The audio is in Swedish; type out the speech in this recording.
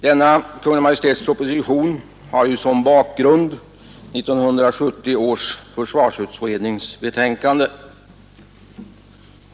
Denna Kungl. Maj:ts proposition har ju som bakgrund 1970 års försvarsutrednings betänkande.